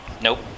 Nope